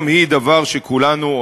גם היא דבר שכולנו,